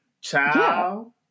ciao